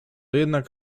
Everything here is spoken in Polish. jednak